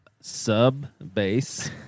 Sub-bass